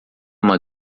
uma